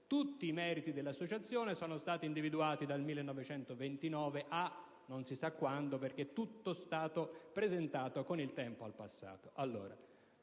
cui meriti sono stati individuati dal 1929 a non si sa quando, perché tutto è stato presentato con il tempo al passato.